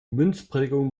münzprägung